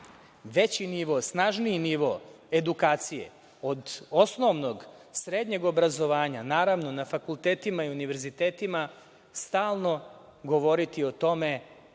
veći nivo, snažniji nivo edukacije od osnovnog, srednjeg obrazovanja, naravno na fakultetima i univerzitetima stalno govoriti o tome